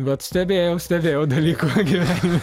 vat stebėjau stebėjau dalykų gyvenime